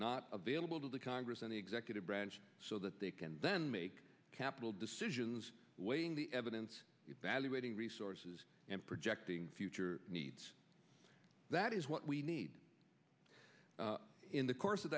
not available to the congress and the executive branch so that they can then make capital decisions weighing the evidence relating resources and projecting future needs that is what we need in the course of